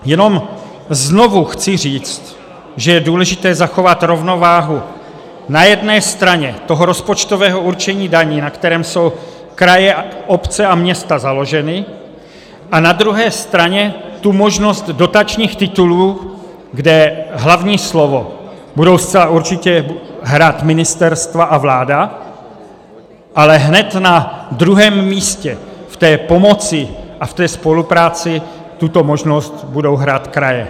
Jenom znovu chci říct, že je důležité zachovat rovnováhu na jedné straně toho rozpočtového určení daní, na kterém jsou kraje, obce a města založeny, a na druhé straně tu možnost dotačních titulů, kde hlavní slovo budou zcela určitě hrát ministerstva a vláda, ale hned na druhém místě v pomoci a spolupráci tuto možnost budou hrát kraje.